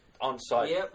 on-site